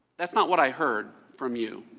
that is not what i heard from you.